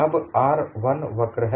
अब R1 वक्र है